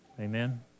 Amen